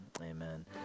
amen